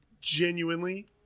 genuinely